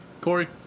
Corey